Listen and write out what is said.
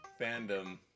fandom